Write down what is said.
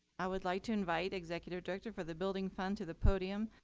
i would like to invite executive director for the building fund to the podium.